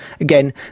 Again